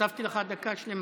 הוספתי לך דקה שלמה.